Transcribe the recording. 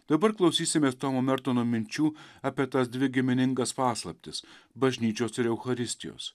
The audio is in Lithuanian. dabar klausysimės to momerto nuo minčių apie tas dvi giminingas paslaptis bažnyčios ir eucharistijos